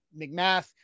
mcmath